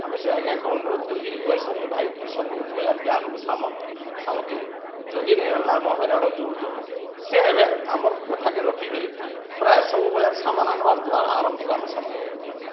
ଆମେ ସେ ଆଜ୍ଞାକୁ ଅନୁରୋଧ କରିକିରି କୁହେସୁଁ ଯେ ଭାଇ ତୁଇ ସବୁ ବଜାର୍କେ ଆଣିବୁ ସାମାନ ସାମଗ୍ରୀ ଯଦି ନେଇ ଆଣିଲେ ଆମେ ହଇରାଣ ହେଉଛୁ ବୁଝ ସେ ଏବେ ଆମର୍ କଥାକ ରଖିକରି ପ୍ରାୟ ସବୁ ବଜାର୍ ସାମାନ ଆଣବାର୍ ଦ୍ୱାରା ଆରାମ୍ସରେ ଆମେ ସାମାନ ପଇପାରୁଛୁ